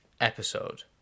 episode